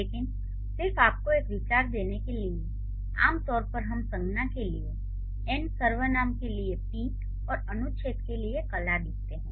लेकिन सिर्फ आपको एक विचार देने के लिए आम तौर पर हम "संज्ञा" के लिए "एन " "सर्वनाम" के लिए "पी" और "अनुच्छेद" के लिए "कला" लिखते हैं